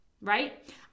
right